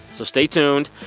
so stay tuned.